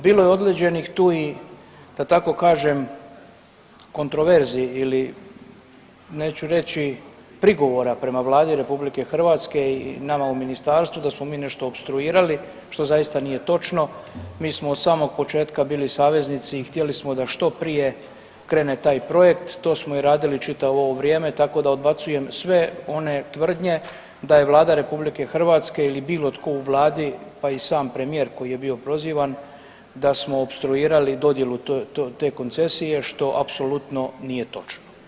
Bilo je određenih tu i, da tako kažem, kontroverzi ili neću reći, prigovora prema Vladi RH i nama u Ministarstvu, da smo mi nešto opstruirali što zaista nije točno, mi smo od samog početka bili saveznici i htjeli smo da što prije krene taj projekt, to smo i radili čitavo ovo vrijeme, tako da odbacujem sve one tvrdnje da je Vlada RH ili bitno tko u Vladi, pa i sam premijer koji je bio prozivan, da smo opstruirali dodjelu te koncesije, što apsolutno nije točno.